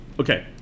Okay